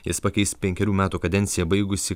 jis pakeis penkerių metų kadenciją baigusį